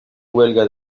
huelga